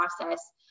process